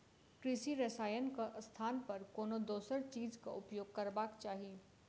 कृषि रसायनक स्थान पर कोनो दोसर चीजक उपयोग करबाक चाही